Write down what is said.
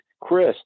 Chris